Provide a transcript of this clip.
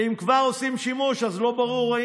ואם כבר עושים שימוש אז לא ברור אם